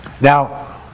Now